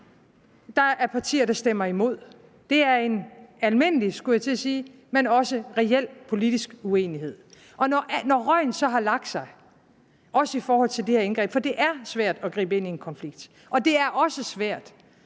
der er partier, der stemmer imod. Det er en almindelig – skulle jeg til at sige – men også reel politisk uenighed. Når røgen så har lagt sig også i forhold til det her indgreb, for det er svært at gribe ind i en konflikt, og det er også svært